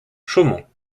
chaumont